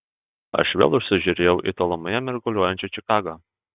aš vėl užsižiūrėjau į tolumoje mirguliuojančią čikagą